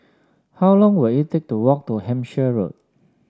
how long will it take to walk to Hampshire Road